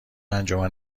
انجمن